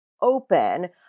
open